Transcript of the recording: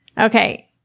Okay